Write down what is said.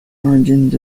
origins